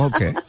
Okay